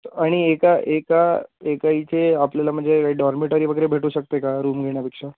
आणि एका एका एका इथे आपल्याला म्हणजे डॉरमेटरी भेटू शकते का रूम मिळण्यापेक्षा